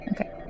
okay